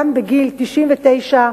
גם בגיל 99,